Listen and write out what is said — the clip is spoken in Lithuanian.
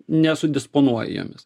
nesudisponuoji jomis